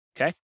Okay